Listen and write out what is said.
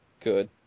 Good